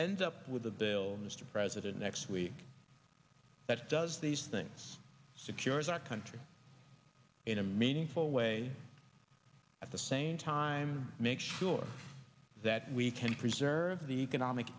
end up with a bill mr president next week that does these things secures our country in a meaningful way at the same time make sure that we can preserve the economic